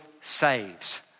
saves